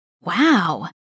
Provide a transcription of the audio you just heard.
Wow